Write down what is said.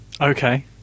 Okay